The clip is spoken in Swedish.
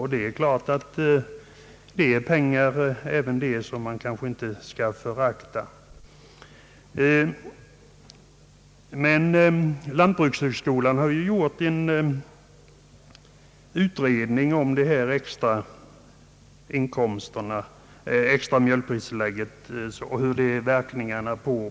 Även detta är naturligtvis pengar som man inte bör förakta. Lantbrukshögskolan har gjort en utredning om hur det extra mjölkpristillägget verkar.